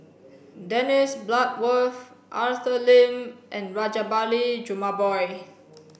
Dennis Bloodworth Arthur Lim and Rajabali Jumabhoy